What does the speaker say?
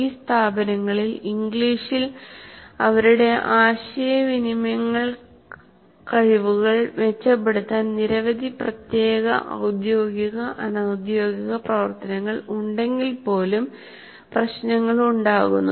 ഈ സ്ഥാപനങ്ങളിൽ ഇംഗ്ലീഷിൽ അവരുടെ ആശയവിനിമയ കഴിവുകൾ മെച്ചപ്പെടുത്താൻ നിരവധി പ്രത്യേക ഒദ്യോഗിക അനൌദ്യോഗിക പ്രവർത്തനങ്ങൾ ഉണ്ടെങ്കിൽ പോലും പ്രശ്നനങ്ങൾ ഉണ്ടാകുന്നു